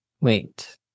wait